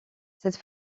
cette